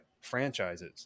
franchises